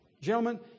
Gentlemen